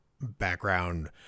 background